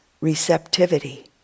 receptivity